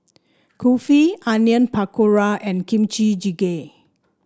Kulfi Onion Pakora and Kimchi Jjigae